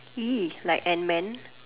!ee! like Ant man